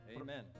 Amen